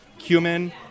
cumin